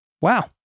Wow